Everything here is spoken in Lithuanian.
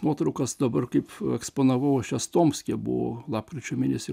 nuotraukas dabar kaip eksponavau aš jas tomske buvo lapkričio mėnesį